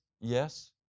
Yes